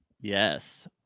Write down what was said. Yes